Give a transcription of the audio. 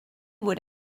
would